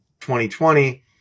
2020